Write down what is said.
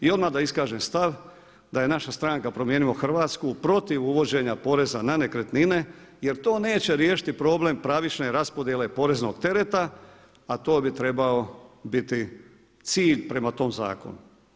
I odmah da iskažem stav da je naša stranka Promijenim Hrvatsku protiv uvođenja poreza na nekretnine jer to neće riješiti problem pravične raspodjele poreznog tereta a to bi trebao biti cilj prema tom zakonu.